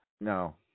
No